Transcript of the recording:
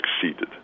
succeeded